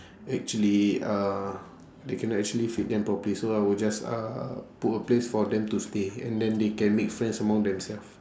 actually uh they cannot actually feed them properly so I will just uh put a place for them to stay and then they can make friends among themselves